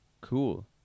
cool